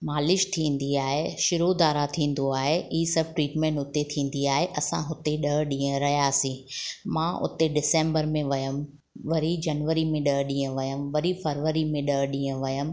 मालिश थींदी आहे शिरोधारा थींदो आहे ई सभु ट्रीटमैंट उते थींदी आहे असां हुते ॾह ॾींहुं रहियासी मां उते डिसंबर में वयमि वरी जनवरी में ॾह ॾींहं वयमि वरी फरवरी में ॾह ॾींहं वयमि